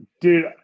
Dude